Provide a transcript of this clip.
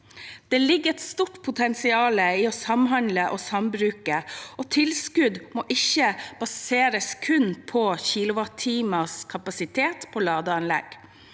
Det ligger et stort potensial i å samhandle og sambruke, og tilskudd må ikke baseres kun på antall kilowattimer kapasitet på ladeanlegg.